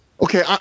okay